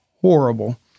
horrible